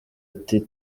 ati